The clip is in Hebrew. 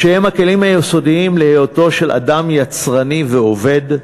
שהם הכלים היסודיים להיותו של אדם יצרני ועובד.